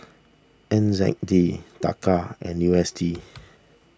N Z D Taka and U S D